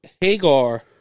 hagar